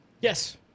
Yes